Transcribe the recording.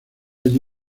allí